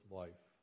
life